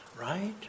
right